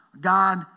God